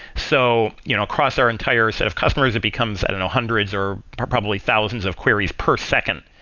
so you know across our entire set of customers it becomes i don't know, hundreds or probably thousands of queries per second,